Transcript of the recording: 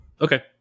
Okay